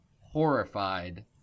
horrified